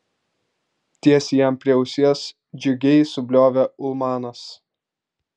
tiesiai jam prie ausies džiugiai subliovė ulmanas